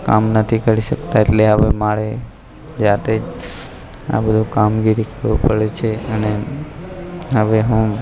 કામ નથી કરી શકતા એટલે હવે મારે જાતે આ બધું કામગીરી કરવું પડે છે અને હવે હું